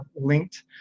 linked